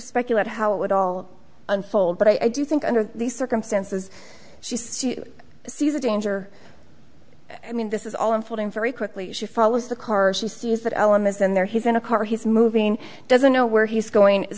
speculate how it would all unfold but i do think under these circumstances she sees a danger i mean this is all unfolding very quickly she follows the car she says that elam is in there he's in a car he's moving doesn't know where he's going is